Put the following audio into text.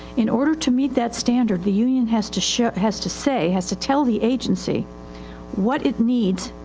in order to meet that standard the union has to show, has to say, has to tell the agency what it needs,